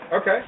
Okay